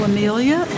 Amelia